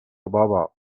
بابا